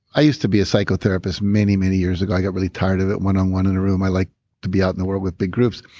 i use to be a psychotherapist many many years ago. i got really tired of it one-on-one in a room. i like to be out in the world with big groups.